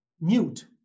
mute